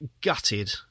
gutted